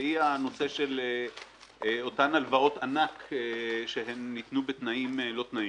והיא הנושא של אותן הלוואות ענק שניתנו בתנאים לא תנאים.